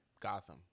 Gotham